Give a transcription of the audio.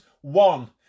one